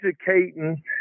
educating